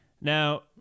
Now